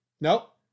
Nope